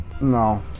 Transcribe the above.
no